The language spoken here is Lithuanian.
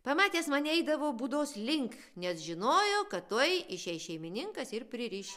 pamatęs mane eidavo būdos link nes žinojo kad tuoj išeis šeimininkas ir pririš